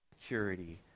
security